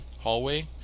hallway